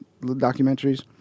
documentaries